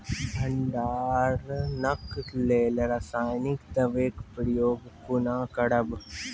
भंडारणक लेल रासायनिक दवेक प्रयोग कुना करव?